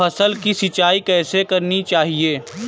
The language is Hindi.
फसल की सिंचाई कैसे करनी चाहिए?